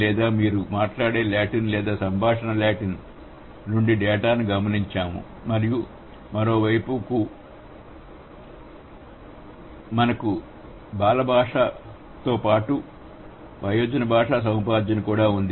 లేదా మీరు మాట్లాడే లాటిన్ లేదా సంభాషణ లాటిన్ నుండి డేటాను గమనించాము మరియు మరోవైపు మనకు బాల భాషతో పాటు వయోజన భాషా సముపార్జన కూడా ఉంది